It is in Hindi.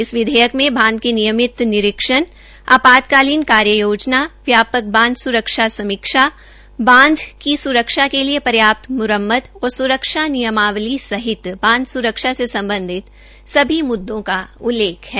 इस विधेयक में बांध के नियमित निरीक्षण आपातकालीन कार्य योजना व्यापक बांध स्रक्षा समीक्षा बांध की स्रक्षा के लिए पर्याप्त म्रम्मत और स्रक्षा नियमावली सहित बांध् से सम्बधित सभी मुद्दों का उल्लेख है